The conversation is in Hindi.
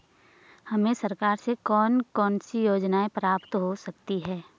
हमें सरकार से कौन कौनसी योजनाएँ प्राप्त हो सकती हैं?